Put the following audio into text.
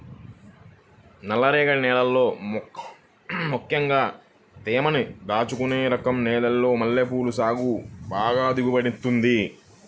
నల్లరేగడి నేలల్లో ముక్కెంగా తేమని దాచుకునే రకం నేలల్లో మల్లెపూల సాగు బాగా దిగుబడినిత్తది